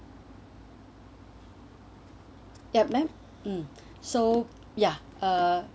ya may I(mm) so ya mm